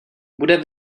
bude